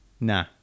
Nah